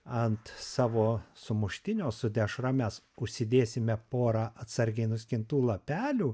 ant savo sumuštinio su dešra mes užsidėsime porą atsargiai nuskintų lapelių